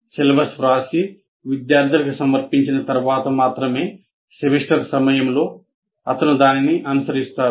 syllabus వ్రాసి విద్యార్థులకు సమర్పించిన తర్వాత మాత్రమే సెమిస్టర్ సమయంలో అతను దానిని అనుసరిస్తాడు